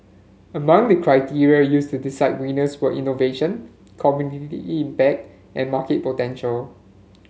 among the criteria used to decide winners were innovation community impact and market potential